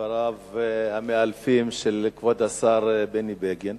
דבריו המאלפים של כבוד השר בני בגין.